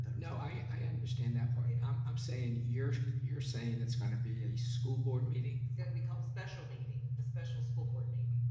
no, i understand that part. i'm i'm saying, you're you're saying it's gonna be a school board meeting? it's gonna be called a special meeting, a special school board meeting.